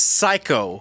psycho